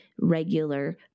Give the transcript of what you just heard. regular